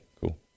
cool